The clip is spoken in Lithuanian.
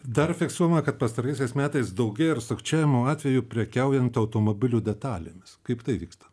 dar fiksuojama kad pastaraisiais metais daugėja ir sukčiavimo atvejų prekiaujant automobilių detalėmis kaip tai vyksta